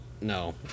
No